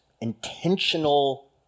intentional